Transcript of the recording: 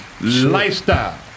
lifestyle